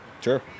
Sure